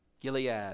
Gilead